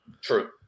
True